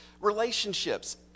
Relationships